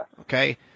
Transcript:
Okay